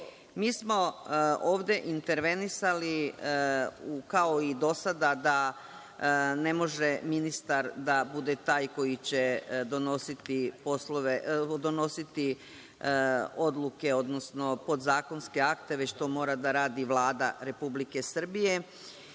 Mi smo ovde intervenisali, kao i do sada, da ne može ministar da bude taj koji će donositi odluke, odnosno podzakonske akte, već to mora da radi Vlada Republike Srbije,